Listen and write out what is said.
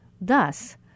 Thus